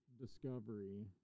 discovery